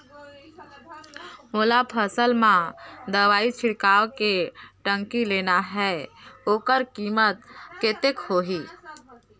मोला फसल मां दवाई छिड़काव के टंकी लेना हे ओकर कीमत कतेक होही?